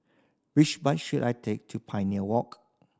which bus should I take to Pioneer Walk